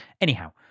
Anyhow